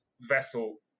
vessel